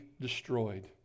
destroyed